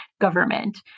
government